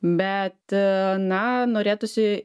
bet na norėtųsi